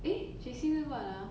eh J_C then what ah